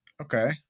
Okay